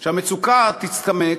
שהמצוקה תצטמק,